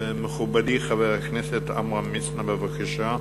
מכובדי חבר הכנסת עמרם מצנע, בבקשה.